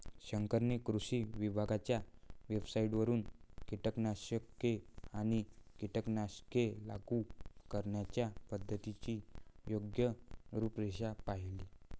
शंकरने कृषी विभागाच्या वेबसाइटवरून कीटकनाशके आणि कीटकनाशके लागू करण्याच्या पद्धतीची योग्य रूपरेषा पाहिली